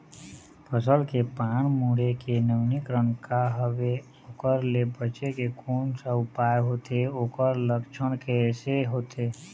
फसल के पान मुड़े के नवीनीकरण का हवे ओकर ले बचे के कोन सा उपाय होथे ओकर लक्षण कैसे होथे?